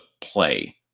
play